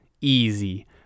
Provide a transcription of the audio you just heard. easy